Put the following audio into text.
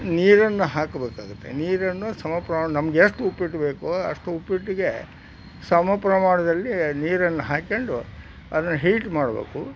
ನೀರನ್ನು ಹಾಕಬೇಕಾಗುತ್ತೆ ನೀರನ್ನು ಸಮಪ್ರಮಾಣ ನಮ್ಗೆ ಎಷ್ಟು ಉಪ್ಪಿಟ್ಟು ಬೇಕು ಅಷ್ಟು ಉಪ್ಪಿಟ್ಟಿಗೆ ಸಮ ಪ್ರಮಾಣದಲ್ಲಿ ನೀರನ್ನು ಹಾಕ್ಕೊಂಡು ಅದನ್ನು ಹೀಟ್ ಮಾಡಬೇಕು